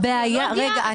אתה יודע מה זה סוציולוגיה?